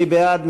מי בעד?